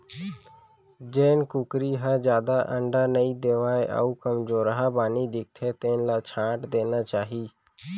जेन कुकरी ह जादा अंडा नइ देवय अउ कमजोरहा बानी दिखथे तेन ल छांट देना चाही